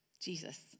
Jesus